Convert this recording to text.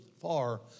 far